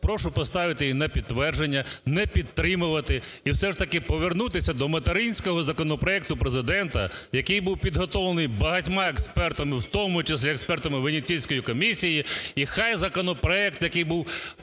Прошу поставити її на підтвердження, не підтримувати і все ж таки повернутися до материнського законопроекту Президента, який був підготовлений багатьма експертами, в тому числі експертами Венеціанської комісії. І нехай законопроект, який був великими